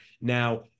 Now